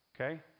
okay